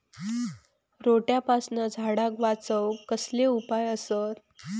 रोट्यापासून झाडाक वाचौक कसले उपाय आसत?